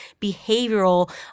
behavioral